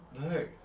No